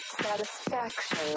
satisfaction